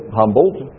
humbled